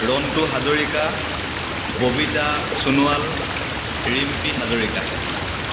Rontu Hazarika Babita Sonowal Rimpi Hazarika